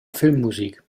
filmmusik